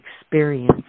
experience